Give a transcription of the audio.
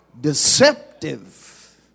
Deceptive